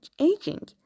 aging